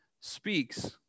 speaks